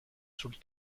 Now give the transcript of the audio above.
sul